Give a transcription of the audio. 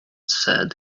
said